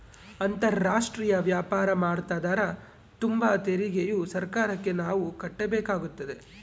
ಅಂತಾರಾಷ್ಟ್ರೀಯ ವ್ಯಾಪಾರ ಮಾಡ್ತದರ ತುಂಬ ತೆರಿಗೆಯು ಸರ್ಕಾರಕ್ಕೆ ನಾವು ಕಟ್ಟಬೇಕಾಗುತ್ತದೆ